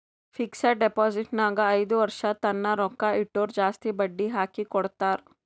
fixed deposit ನಾಗ್ ಐಯ್ದ ವರ್ಷ ತನ್ನ ರೊಕ್ಕಾ ಇಟ್ಟುರ್ ಜಾಸ್ತಿ ಬಡ್ಡಿ ಹಾಕಿ ಕೊಡ್ತಾರ್